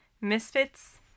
misfits